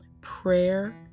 Prayer